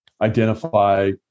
identify